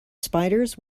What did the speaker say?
spiders